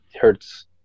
hurts